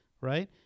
right